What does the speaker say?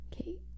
Okay